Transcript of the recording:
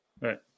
Right